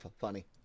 funny